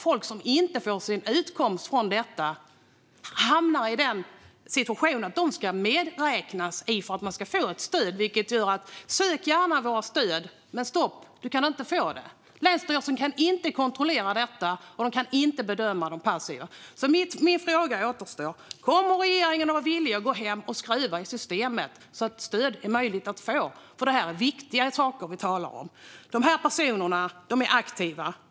Folk som inte får sin utkomst från detta hamnar i situationen att de ska räknas med för att bolaget ska få ett stöd. Följden blir som om man sa: "Sök gärna våra stöd. Men stopp! Du kan inte få det." Länsstyrelsen kan inte kontrollera detta, och de kan inte bedöma de passiva delägarna. Min fråga kvarstår: Är regeringen villig att gå hem och skruva i systemet så att det är möjligt att få det här stödet? Vi talar ju om viktiga saker. Dessa personer är aktiva.